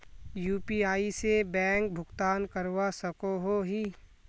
UPI से bank भुगतान करवा सकोहो ही?